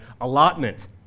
allotment